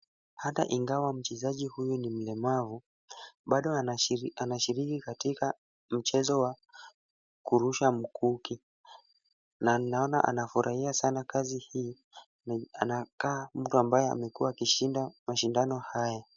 Hata ingawa mchezaji huyu ni mlemavu bado anashiriki katika mchezo wa kurusha mkuki na naona anafurahia sana kazi hii anakaa mtu ambaye amekuwa akishinda mashindano haya.